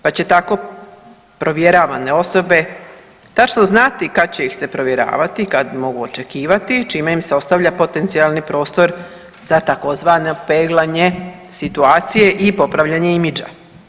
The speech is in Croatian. Pa će tako provjeravane osobe točno znati kada će ih se provjeravati, kada mogu očekivati čime im se ostavlja potencijalni prostor za tzv. peglanje situacije i popravljanje imagea.